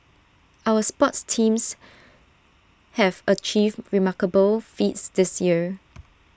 our sports teams have achieved remarkable feats this year